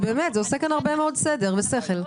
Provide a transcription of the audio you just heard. זה עושה כאן הרבה מאוד סדר ושכל.